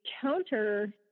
counter